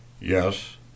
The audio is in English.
Yes